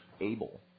able